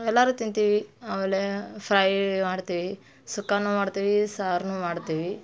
ಎಲ್ಲರೂ ತಿಂತೀವಿ ಆಮೇಲೆ ಫ್ರೈ ಮಾಡ್ತೀವಿ ಸುಕ್ಕಾನು ಮಾಡ್ತೀವಿ ಸಾರ್ನೂ ಮಾಡ್ತೀವಿ